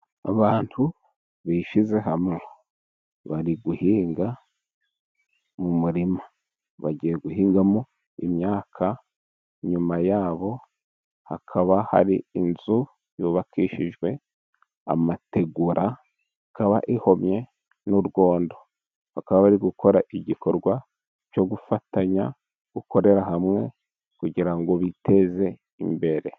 Abantu bishyize hamwe bari guhinga mu murima. Bagiye guhingamo imyaka. Inyuma yabo hakaba hari inzu yubakishijwe amategura, ikaba ihomye n'urwondo. Bakaba bari gukora igikorwa cyo gufatanya, gukorera hamwe, kugira ngo biteze imbere.